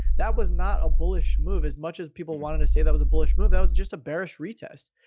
that was not a bullish move. as much as people wanted to say that was a bullish move, that was just a bearish retest.